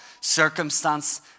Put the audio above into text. circumstance